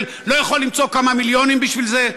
לא יכול למצוא כמה מיליונים בשביל זה?